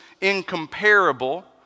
incomparable